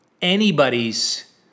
anybody's